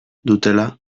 dutela